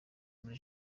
muri